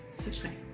subscribe!